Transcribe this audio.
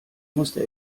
musste